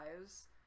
lives